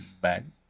bad